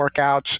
workouts